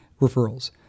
referrals